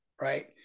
right